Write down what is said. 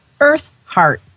Earthheart